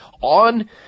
on